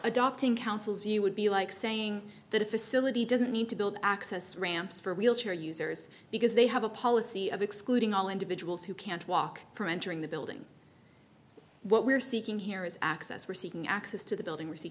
adopting councils view would be like saying that a facility doesn't need to build access ramps for wheelchair users because they have a policy of excluding all individuals who can't walk from entering the building what we're seeking here is access for seeking access to the building